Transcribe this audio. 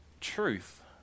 truth